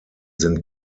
sind